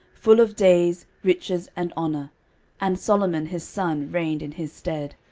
full of days, riches, and honour and solomon his son reigned in his stead.